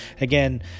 again